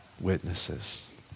witnesses